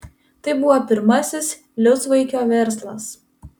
tai buvo pirmasis liucvaikio verslas